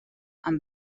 amb